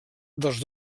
dels